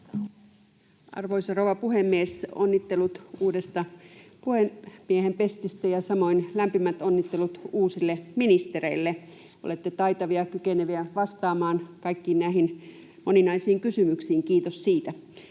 Arvoisa rouva puhemies, onnittelut uudesta puhemiehen pestistä, ja samoin lämpimät onnittelut uusille ministereille. Olette taitavia ja kykeneviä vastaamaan kaikkiin näihin moninaisiin kysymyksiin, kiitos siitä.